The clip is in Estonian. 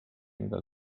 mida